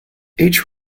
each